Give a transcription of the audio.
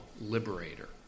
liberator